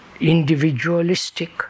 individualistic